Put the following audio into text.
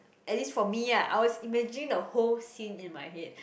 at least for me ah I was imagining the whole scene in my head